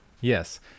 Yes